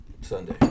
Sunday